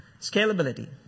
Scalability